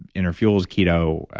inner fuel's keto,